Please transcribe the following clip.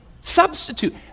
substitute